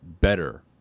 better